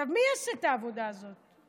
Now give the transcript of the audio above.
עכשיו, מי יעשה את העבודה הזאת?